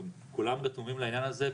כולם רתומים לעניין הזה,